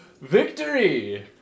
Victory